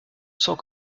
sans